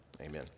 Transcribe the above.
Amen